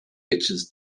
pictures